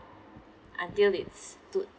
until it's too